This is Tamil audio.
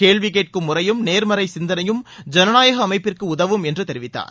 கேள்வி கேட்கும் முறையும் நேர்மறை சிந்தனையும் ஜனநாயக அமைப்பிற்கு உதவும் என்று தெரிவித்தார்